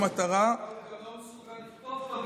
במטרה, הוא גם לא מסוגל לכתוב את המידע